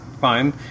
fine